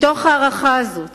מתוך ההערכה הזאת